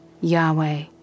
Yahweh